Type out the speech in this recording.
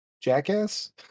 Jackass